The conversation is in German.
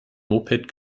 moped